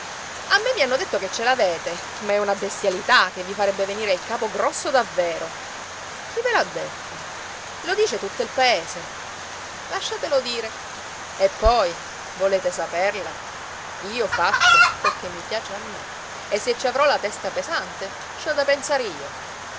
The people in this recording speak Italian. a me mi hanno detto che ce l'avete ma è una bestialità che vi farebbe venire il capo grosso davvero chi ve l'ha detto lo dice tutto il paese lasciatelo dire e poi volete saperla io faccio quel che mi piace a me e se ci avrò la testa pesante ci ho da pensar io